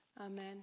Amen